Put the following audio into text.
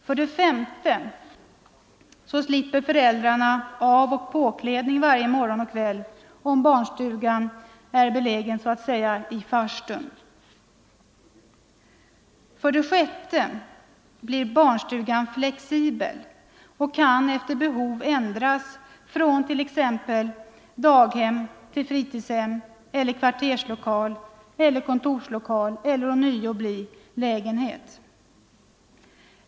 För det femte slipper föräldrarna avoch påklädning varje morgon och kväll, om barnstugan är belägen så att säga i farstun. För det sjätte blir barnstugan flexibel och kan efter behov ändras från t.ex. daghem till fritidshem eller kvarterslokal eller kontorslokal eller ånyo bli lägenhet.